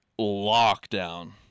lockdown